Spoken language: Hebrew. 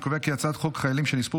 אני קובע כי הצעת חוק משפחות חיילים שנספו